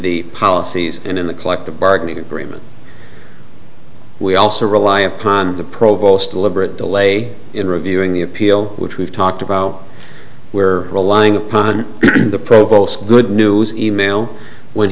the policies and in the collective bargaining agreement we also rely upon the provost deliberate delay in reviewing the appeal which we've talked about where relying upon the provost good news e mail when